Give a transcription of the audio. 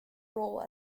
role